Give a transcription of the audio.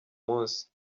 munsi